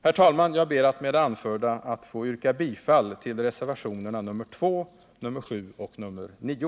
Herr talman! Med det anförda ber jag att få yrka bifall till reservationerna 2, 7 och 9.